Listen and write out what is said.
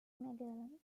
magellan